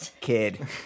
kid